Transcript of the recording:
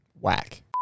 Whack